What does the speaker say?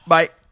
Bye